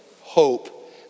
hope